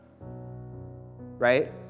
right